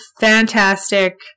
fantastic